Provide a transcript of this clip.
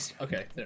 Okay